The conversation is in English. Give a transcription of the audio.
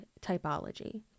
typology